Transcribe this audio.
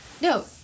no